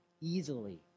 easily